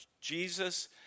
Jesus